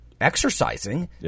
exercising